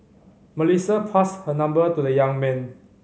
Melissa passed her number to the young man